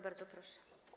Bardzo proszę.